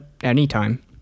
Anytime